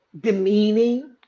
demeaning